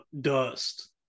dust